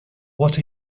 what